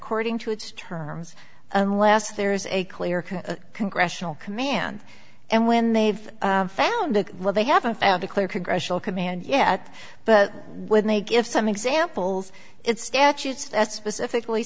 according to its terms unless there is a clear congressional command and when they've found that they haven't found a clear congressional command yet but when they give some examples it's statutes that specifically